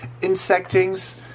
insectings